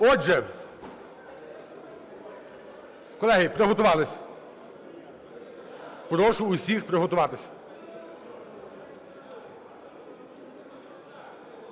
Отже, колеги, приготувалися? Прошу всіх приготуватися.